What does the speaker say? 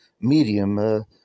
medium